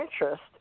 interest